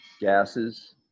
gases